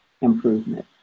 improvement